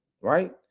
right